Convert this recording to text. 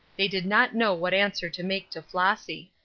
they did not know what answer to make to flossy.